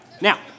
Now